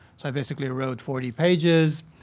so i basically wrote forty pages.